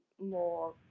more